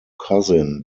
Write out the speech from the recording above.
cousin